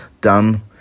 done